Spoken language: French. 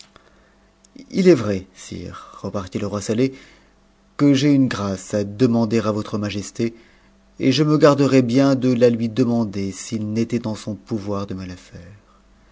h est vrai sire repartit lc roi saleh que j'ai une grâce à demander votre majesté et je me garderais bien de la lui demander s'i n'était n son pouvoir de